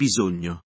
bisogno